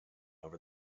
over